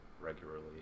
regularly